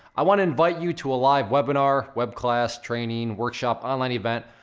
i want to invite you to a live webinar, web class, training, workshop, online event,